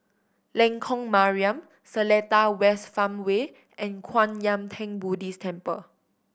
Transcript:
Lengkok Mariam Seletar West Farmway and Kwan Yam Theng Buddhist Temple